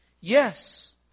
yes